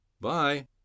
Bye